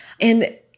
And-